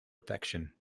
affection